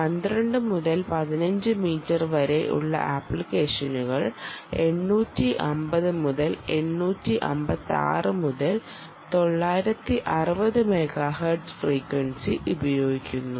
12 മുതൽ 15 മീറ്റർ വരെ ഉള്ള ആപ്ലിക്കേഷനുകൾ 850 മുതൽ 856 മുതൽ 960 മെഗാ ഹെർട്സ് ഫ്രീക്വൻസി ഉപയോഗിക്കുന്നു